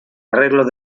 arreglo